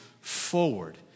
forward